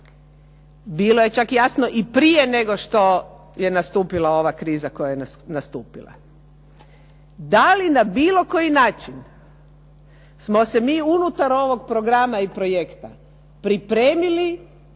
Bilo je čak jasno i prije nego što je nastupila ova kriza koja je nastupila. Da li na bilo koji način smo se mi unutar ovog programa i projekta pripremili